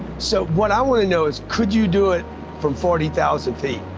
so, what i wanna know is could you do it from forty thousand feet?